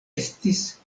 estis